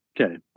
Okay